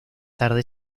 tarde